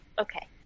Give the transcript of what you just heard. okay